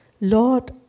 Lord